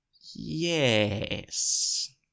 Yes